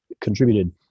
contributed